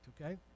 okay